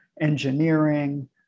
engineering